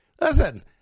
Listen